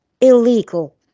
illegal